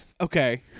Okay